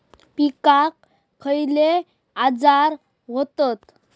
पिकांक खयले आजार व्हतत?